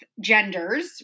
genders